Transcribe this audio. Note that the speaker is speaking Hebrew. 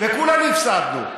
וכולנו הפסדנו.